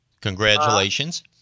Congratulations